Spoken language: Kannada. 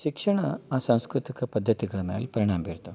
ಶಿಕ್ಷಣ ಆ ಸಾಂಸ್ಕೃತಿಕ ಪದ್ಧತಿಗಳ ಮ್ಯಾಲೆ ಪರಿಣಾಮ ಬೀರುತಾವ